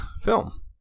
film